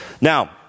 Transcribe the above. Now